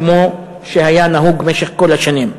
כמו שהיה נהוג במשך כל השנים.